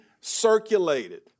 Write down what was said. circulated